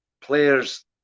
players